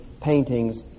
paintings